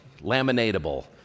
laminatable